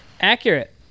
Accurate